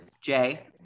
Jay